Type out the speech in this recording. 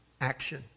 action